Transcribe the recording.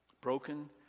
Broken